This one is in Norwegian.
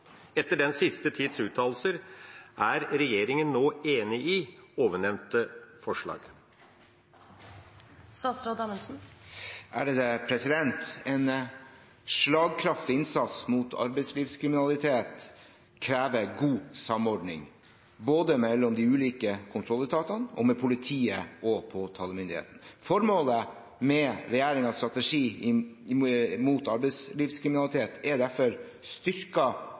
Etter den siste tids uttalelser, er regjeringen nå enig i ovennevnte forslag?» En slagkraftig innsats mot arbeidslivskriminalitet krever god samordning, både mellom de ulike kontrolletatene og med politiet og påtalemyndigheten. Formålet med regjeringens strategi mot arbeidslivskriminalitet er derfor